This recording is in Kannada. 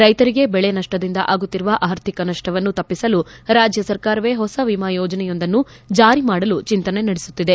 ರೈತರಿಗೆ ಆಗುತ್ತಿರುವ ಬೆಳೆ ನಷ್ಟದಿಂದ ಆಗುತ್ತಿರುವ ಆರ್ಥಿಕ ನಷ್ಟವನ್ನು ತಪ್ಪಿಸಲು ರಾಜ್ಯ ಸರಕಾರವೇ ಹೊಸ ವಿಮಾ ಯೋಜಸೆಯೊಂದನ್ನು ಜಾರಿ ಮಾಡಲು ಚಿಂತನೆ ನಡೆಸುತ್ತಿದೆ